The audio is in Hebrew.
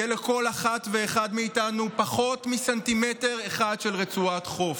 יהיה לכל אחת ואחד מאיתנו פחות מסנטימטר אחד של רצועת חוף.